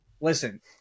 Listen